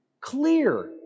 Clear